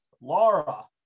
Laura